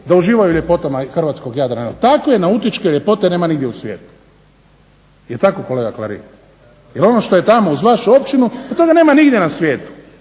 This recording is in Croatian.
da uživaju u ljepotama hrvatskog Jadrana, jer takve nautičke ljepote nema nigdje u svijetu. Je li tako kolega Klarin? Jer ono što je tamo uz vašu općinu pa toga nema nigdje na svijetu.